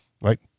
right